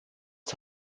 der